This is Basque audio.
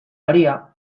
aria